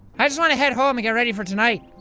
i just wanna head home and get ready for tonight!